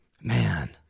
Man